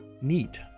Neat